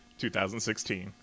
2016